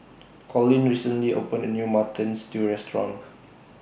Collin recently opened A New Mutton Stew Restaurant